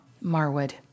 Marwood